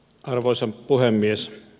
arvoisa puhemies